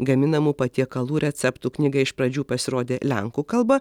gaminamų patiekalų receptų knyga iš pradžių pasirodė lenkų kalba